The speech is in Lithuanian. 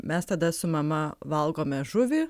mes tada su mama valgome žuvį